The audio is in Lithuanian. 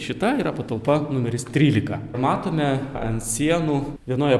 šita yra patalpa numeris trylika matome ant sienų vienoje